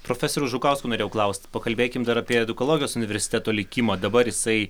profesoriaus žukausko norėjau klaust pakalbėkim dar apie edukologijos universiteto likimą dabar jisai